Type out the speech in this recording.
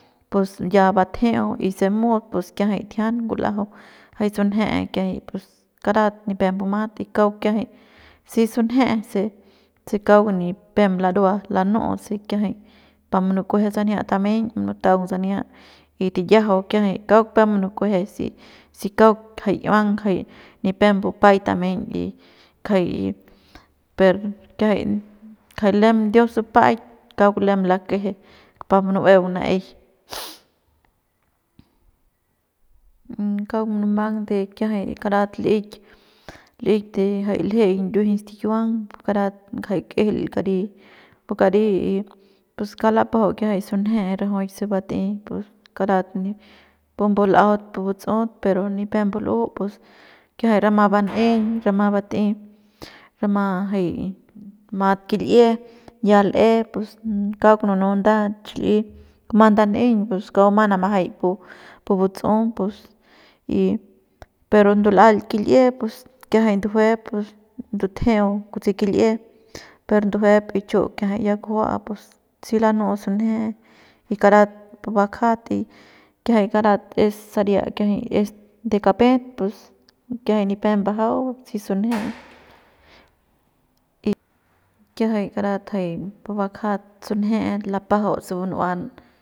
Pus ya batjeu y se mut pus kiajay tijian ngul'ajau jay sunje kiajay pus karat nipep mbumat y kauk kiajay si sunje se se kauk nipem larua lanu'u si kiajay pa munukueje sania tameiñ munutaung sania y tiyiajau kauk peuk munukueje si si kauk jay iuang ngajay nipem mbupay tameiñ y kjay per kiajay kjay lem dios bupa'aik kauk lem lakeje pa munu'ueung na'ey kauk munumang de kiajay karat l'eik l'ik de ngajai ljeiñ ndujueiñ stikiuang karat kjay kejel kari pu kari y pus kauk lapajau kiajay sunje rajuik se bat'ey pus karat pumbu l'ajaut buts'ut pero nipem mbul'u pus kiajay rama ban'eiñ rama bat'ey rama jay mat kil'ie ya l'e pus kauk nunu nda chi l'i kuma ndan'eiñ pus kua bumang namajay pu buts'un pus y pero ndul'aik kil'ie pus kiajay ndujuep pus ndutejeu kutsi kil'ie per ndujuep y chiu kiajay ya kujua pus si lanu'u sunje y karat pu bakja y kiajay karat es saria es kiajay es de kapet pus kiajay nipep mbajau si sunje y kiajay karat jay pu bakjat sunjet lapajau se bun'uan.